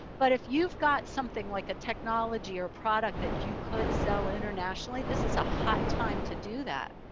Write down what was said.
but if you've got something like a technology or product that you could sell internationally, this is a hot time to do that.